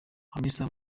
hamisa